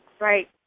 Right